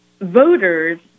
voters –